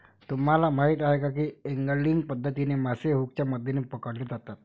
तुम्हाला माहीत आहे का की एंगलिंग पद्धतीने मासे हुकच्या मदतीने पकडले जातात